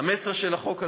המסר של החוק הזה,